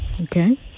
Okay